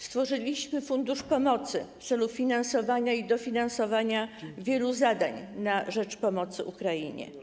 Stworzyliśmy Fundusz Pomocy w celu finansowania i dofinansowania wielu zadań na rzecz pomocy Ukrainie.